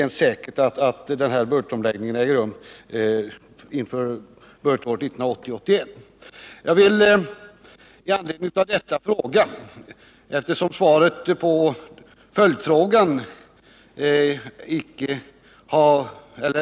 Den ”beräknas att genomföras budgetåret 1980/81” står det i svaret — det är således inte ens säkert att omläggningen äger rum då.